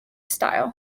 style